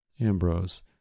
Ambrose